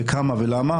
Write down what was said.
כמה ולמה,